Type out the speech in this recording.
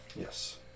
Yes